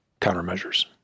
countermeasures